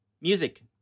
music